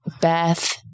Beth